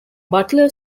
butler